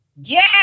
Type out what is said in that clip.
Yes